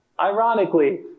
ironically